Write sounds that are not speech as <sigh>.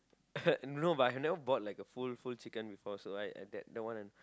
<coughs> no but I've never bought like a full full chicken before so I I that one